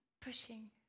pushing